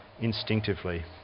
instinctively